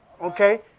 Okay